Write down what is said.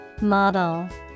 Model